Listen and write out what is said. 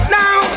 now